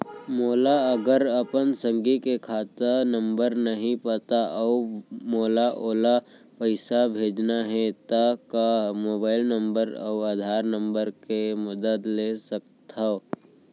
मोला अगर अपन संगी के खाता नंबर नहीं पता अऊ मोला ओला पइसा भेजना हे ता का मोबाईल नंबर अऊ आधार नंबर के मदद ले सकथव?